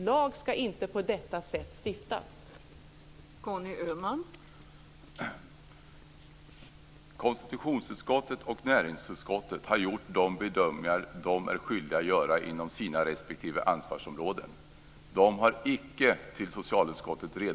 Lag ska inte stiftas på detta sätt.